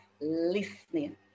listening